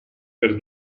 per